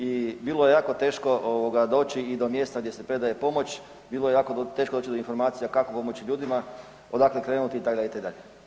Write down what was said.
I bilo je jako teško doći i do mjesta gdje se predaje pomoć, bilo je jako teško doći do informacija kako pomoći ljudima, odakle krenuti itd., itd.